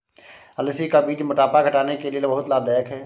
अलसी का बीज मोटापा घटाने के लिए बहुत लाभदायक है